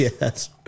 Yes